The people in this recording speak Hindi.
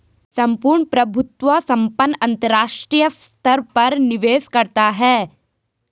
सम्पूर्ण प्रभुत्व संपन्न अंतरराष्ट्रीय स्तर पर निवेश करता है